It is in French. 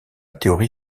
théorie